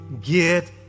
get